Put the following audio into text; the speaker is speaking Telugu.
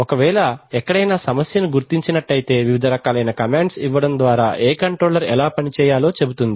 ఒకవేళ ఎక్కడైనా సమస్యను గుర్తించినట్లయితే వివిధ రకాలైన కమాండ్స్ ఇవ్వడం ద్వారా ఏ కంట్రోలర్ ఎలా పని చేయాలో చెబుతుంది